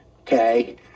okay